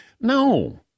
No